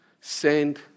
send